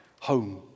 home